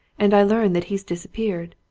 and i learn that he's disappeared!